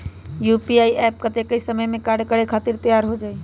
UPI app कतेइक समय मे कार्य करे खातीर तैयार हो जाई?